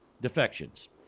defections